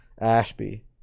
Ashby